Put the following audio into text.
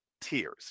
tears